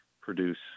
produce